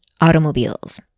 Automobiles